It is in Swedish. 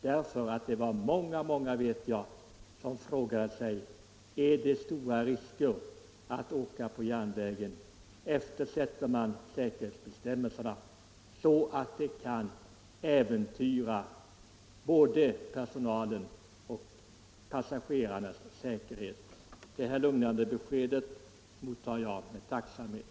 Jag vet att det var många som med anledning av uppgifterna i massmedia frågade sig, om det är stora risker förenade med att resa på järnvägen — eftersätter man säkerhetsbestämmelserna, så att både personalens och passagerarnas säkerhet kan äventyras? Det nu lämnade lugnande beskedet mottar jag med tacksamhet.